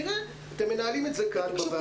תראה, אתם מנהלים את זה כאן בוועדה.